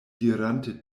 dirante